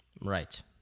right